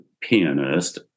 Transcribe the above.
pianist